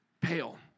pale